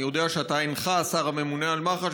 אני יודע שאתה אינך השר הממונה על מח"ש